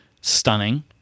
stunning